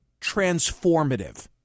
transformative